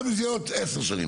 גם אם זה יהיה עוד עשר שנים.